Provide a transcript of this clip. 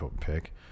pick